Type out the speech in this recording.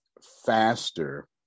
faster